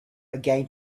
again